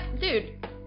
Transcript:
Dude